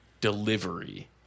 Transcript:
delivery